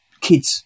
Kids